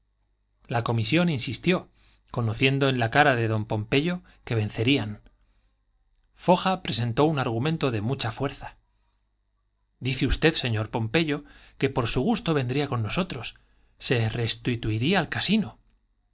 la comisión insistió conociendo en la cara de don pompeyo que vencerían foja presentó un argumento de mucha fuerza dice usted señor don pompeyo que por su gusto vendría con nosotros se restituiría al casino